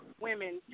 women